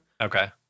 Okay